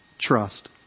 trust